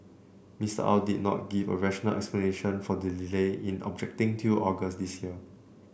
Mr Au did not give a rational explanation for the delay in objecting till August this year